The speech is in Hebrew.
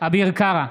אביר קארה,